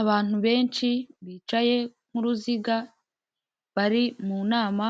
Abantu benshi bicaye nk'uruziga bari mu nama,